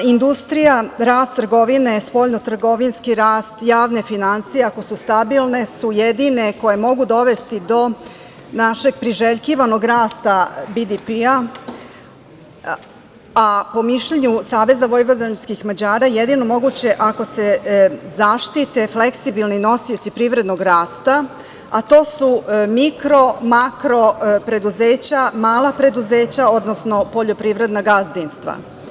Industrija, rast trgovine, spoljnotrgovinski rast, javne finansije, ako su stabilne, su jedine koje mogu dovesti do našeg priželjkivanog rasta BDP, a po mišljenju SVM – jedino moguće ako se zaštite fleksibilni nosioci privrednog rasta, a to su mikro, makro preduzeća, mala preduzeća, odnosno poljoprivredna gazdinstva.